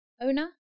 owner